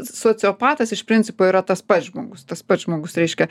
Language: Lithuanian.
sociopatas iš principo yra tas pats žmogus tas pats žmogus reiškia